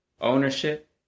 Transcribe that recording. ownership